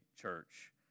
church